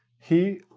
he,